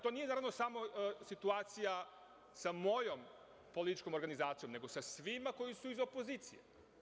To nije naravno samo situacija sa mojom političkom organizacijom, nego sa svima koji su iz opozicije.